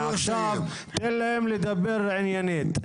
עכשיו תן להם לדבר עניינית.